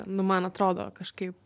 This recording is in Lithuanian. nu man atrodo kažkaip